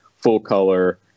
full-color